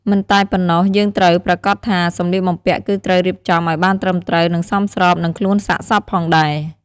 មិនតែប៉ុណោះយើងត្រូវប្រាកដថាសម្លៀកបំពាក់គឺត្រូវរៀបចំឱ្យបានត្រឹមត្រូវ និងសមស្របនឹងខ្លួនសាកសពផងដែរ។